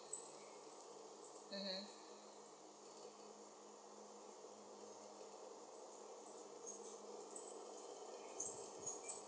mmhmm